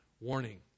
warning